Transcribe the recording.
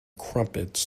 crumpets